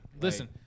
listen